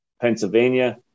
Pennsylvania